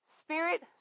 spirit